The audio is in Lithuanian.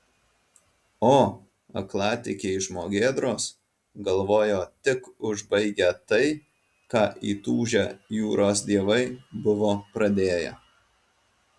o aklatikiai žmogėdros galvojo tik užbaigią tai ką įtūžę jūros dievai buvo pradėję